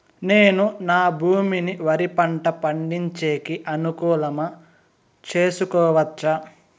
నేను నా భూమిని వరి పంట పండించేకి అనుకూలమా చేసుకోవచ్చా?